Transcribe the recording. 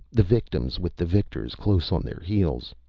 the victims with the victors close on their heels.